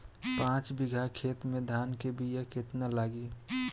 पाँच बिगहा खेत में धान के बिया केतना लागी?